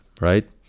right